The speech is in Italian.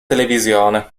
televisione